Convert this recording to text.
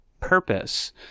purpose